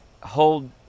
hold